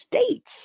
states